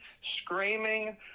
screaming